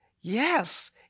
Yes